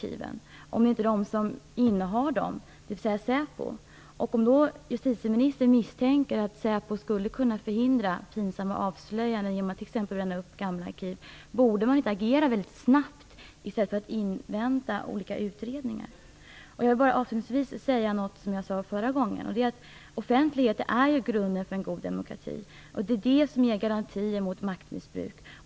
Borde man inte agera väldigt snabbt i stället för att invänta olika utredningar om justitieministern misstänker att säpo skulle kunna förhindra pinsamma avslöjanden genom att t.ex. bränna upp gamla arkiv? Jag vill avslutningsvis säga något som jag sade i förra debatten. Offentlighet är grunden för en god demokrati. Det är det som ger garantier mot maktmissbruk.